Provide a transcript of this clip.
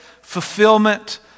fulfillment